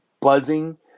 buzzing